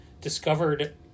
Discovered